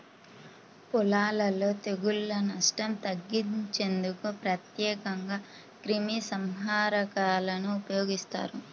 పొలాలలో తెగుళ్ల నష్టం తగ్గించేందుకు ప్రత్యేకంగా క్రిమిసంహారకాలను ఉపయోగిస్తారు